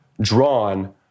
drawn